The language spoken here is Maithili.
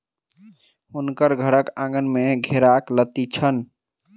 हुनकर घरक आँगन में घेराक लत्ती छैन